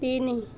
ତିନି